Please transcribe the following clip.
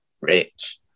rich